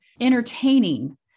entertaining